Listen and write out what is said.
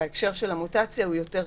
בהקשר של המוטציה הוא יותר קטן.